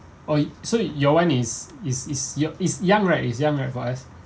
oh so your one is is is your is young right is young right for us